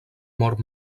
mort